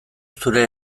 zure